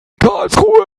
karlsruhe